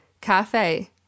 cafe